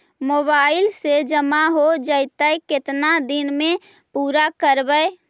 Mobile से जामा हो जैतय, केतना दिन में पुरा करबैय?